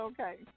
Okay